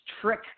trick